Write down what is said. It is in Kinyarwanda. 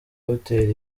hotel